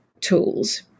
tools